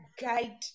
guide